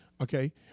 Okay